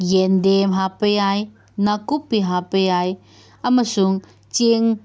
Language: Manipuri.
ꯌꯦꯟꯗꯦꯝ ꯍꯥꯞꯄ ꯌꯥꯏ ꯅꯥꯀꯨꯞꯄꯤ ꯍꯥꯞꯄ ꯌꯥꯏ ꯑꯃꯁꯨꯡ ꯆꯦꯡ